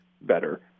better